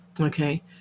Okay